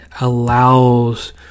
allows